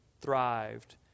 thrived